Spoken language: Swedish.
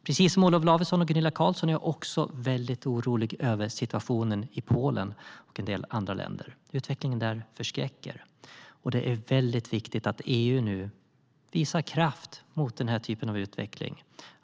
Precis som Olof Lavesson och Gunilla Carlsson är jag också orolig över situationen i Polen och i en del andra länder. Utvecklingen där förskräcker. Det är viktigt att EU visar kraft mot den typen av utveckling.